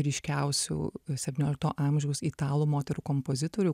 ryškiausių septyniolikto amžiaus italų moterų kompozitorių